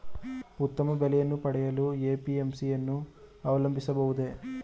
ಉತ್ತಮ ಬೆಲೆಯನ್ನು ಪಡೆಯಲು ಎ.ಪಿ.ಎಂ.ಸಿ ಯನ್ನು ಅವಲಂಬಿಸಬಹುದೇ?